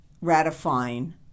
ratifying